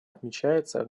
отмечается